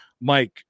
Mike